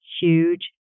huge